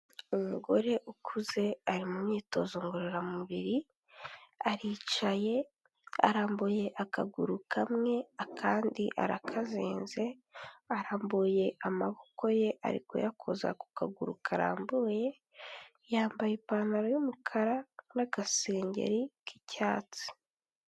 Umugore ukuze ari mu myitozo ngororamubiri, aricaye arambuye akaguru kamwe akandi arakazinze, arambuye amaboko ye ari kuyakoza ku kaguru karambuye, yambaye ipantaro y'umukara n'agasengeri k'icyatsi.